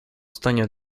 станет